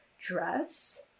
dress